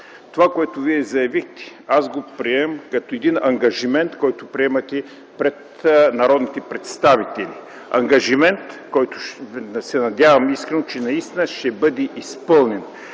това, което Вие заявихте, аз го приемам като един ангажимент, който поемате пред народните представители. Ангажимент, който искрено се надявам, че наистина ще бъде изпълнен.